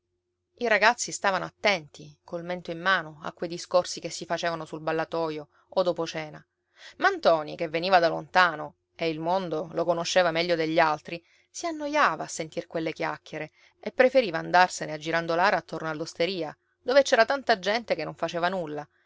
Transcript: i ragazzi stavano attenti col mento in mano a quei discorsi che si facevano sul ballatoio o dopo cena ma ntoni che veniva da lontano e il mondo lo conosceva meglio degli altri si annoiava a sentir quelle chiacchiere e preferiva andarsene a girandolare attorno all'osteria dove c'era tanta gente che non faceva nulla